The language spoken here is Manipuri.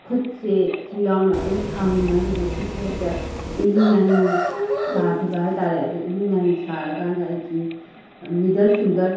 ꯈꯨꯇꯁꯦꯁꯨ ꯌꯥꯎꯅ ꯑꯗꯨꯝ ꯊꯥꯃꯤꯟꯅꯈꯤꯗꯅ ꯈꯨꯠꯁꯦ ꯍꯦꯛꯇ ꯏꯍꯤꯡ ꯅꯥꯍꯤꯡ ꯁꯥꯈꯤꯕ ꯍꯥꯏ ꯇꯥꯔꯦ ꯑꯗꯣ ꯏꯍꯤꯡ ꯅꯥꯍꯤꯡ ꯁꯥꯔꯀꯥꯟꯗ ꯑꯦꯒꯤ ꯃꯤꯗꯜ ꯐꯤꯡꯒꯔ